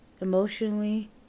emotionally